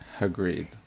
Agreed